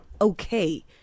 okay